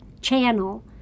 channel